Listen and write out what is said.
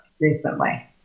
recently